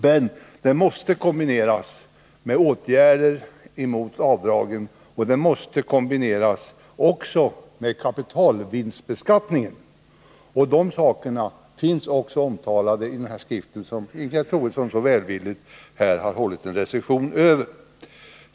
Men detta måste kombineras med åtgärder mot avdragen och även med kapitalvinstbeskattningen. De här sakerna finns också omtalade i den skrivelse som Ingegerd Troedsson så välvilligt har hållit en recitation om här.